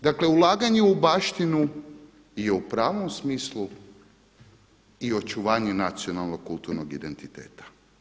Dakle, ulaganje u baštinu je u pravom smislu i očuvanje nacionalnog kulturnog identiteta.